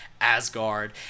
Asgard